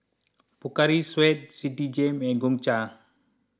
Pocari Sweat Citigem and Gongcha